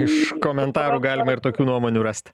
iš komentarų galima ir tokių nuomonių rast